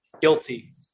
Guilty